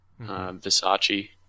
Versace